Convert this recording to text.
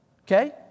okay